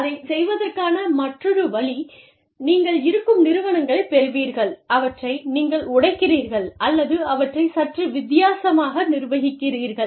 அதைச் செய்வதற்கான மற்றொரு வழி நீங்கள் இருக்கும் நிறுவனங்களைப் பெறுவீர்கள் அவற்றை நீங்கள் உடைக்கிறீர்கள் அல்லது அவற்றைச் சற்று வித்தியாசமாக நிர்வகிக்கிறீர்கள்